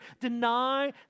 deny